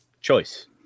choice